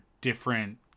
different